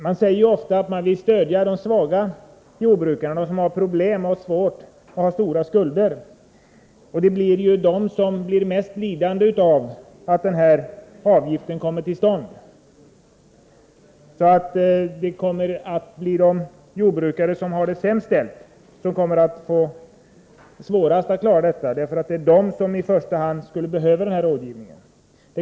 Man säger ofta att man vill stödja de svaga jordbrukarna, de som har stora skulder och andra problem. Nu kommer det att bli de som drabbas hårdast om uttaget av den här avgiften kommer till stånd. Det blir alltså de jordbrukare som har det sämst ställt som kommer att få svårast att klara det, eftersom det är de som i första hand skulle behöva rådgivningen.